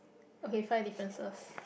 okay five differences